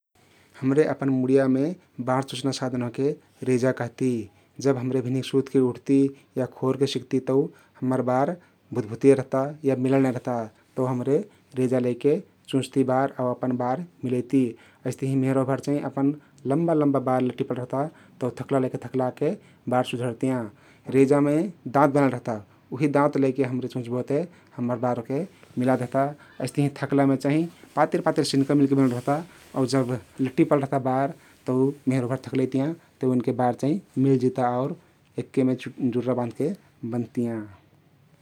हम्रे अपन मुडियामे बार चुँच्ना सधन ओहके रेजा कहती । जब हम्रे भिन्हिक सुतके उठ्ती या खोरके सिक्ती तउ हम्मर बार भुतभुतेर रहता या मिलल नाई रहता । तउ हम्रे रेजा लैके चुँच्ती बार आउ अपन बार मिलैती । अइस्तहिं मेहरुवाभर चाहिं अपन लम्बा लम्बा बार लट्टी परल रहता तउ थक्ला लैके थक्लाके बार सुधरतियाँ । रेजामे दाँत बनाइल रहता उहि दाँत लैके हम्रे चुँच्बो ते हम्मर बार ओहके मिला देहता । अइस्तहिं थक्लामे चाहिं पातिर पातिर सिन्का मिलके बनल रहता आउ जब लट्टी परल रहता बार तउ मेहरुवा भर थक्लैतियाँ ते ओइनके बार चाहिं मिलजिता आउ एक्केमे जुर्रा बाँधके बन्धतियाँ ।